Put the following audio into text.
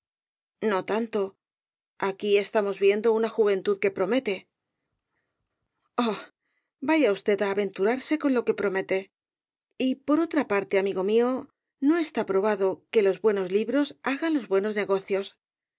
no tanto aquí estamos viendo una juventud que promete oh vaya usted á aventurarse con lo que promete y por otra parte amigo mío no está probado que rosalía d e castro los buenos libros hagan los buenos negocios